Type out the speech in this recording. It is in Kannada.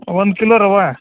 ಒಂದು ಕಿಲೋ ರವೆ